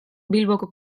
bilboko